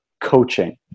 coaching